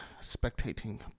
spectating